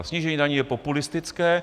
Snížení daní je populistické.